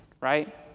right